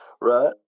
right